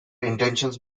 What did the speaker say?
intentions